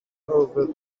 over